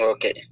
Okay